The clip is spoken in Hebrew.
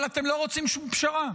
אבל אתם לא רוצים שום פשרה.